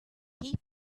heat